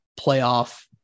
playoff